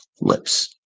lips